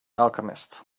alchemist